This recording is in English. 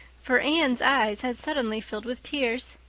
for anne's eyes had suddenly filled with tears.